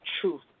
truth